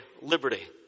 liberty